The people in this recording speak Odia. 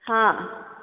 ହଁ